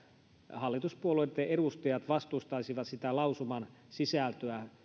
hallituspuolueitten edustajat vastustaisivat sitä lausuman sisältöä